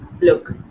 Look